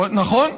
נכון,